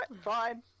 fine